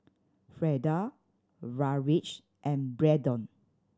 Freda Raleigh and Braedon